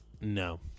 No